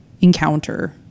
encounter